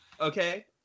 Okay